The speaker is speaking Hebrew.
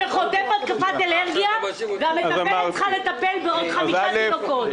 חוטף התקפת אלרגיה והמטפלת צריכה לטפל בעוד חמישה תינוקות,